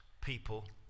people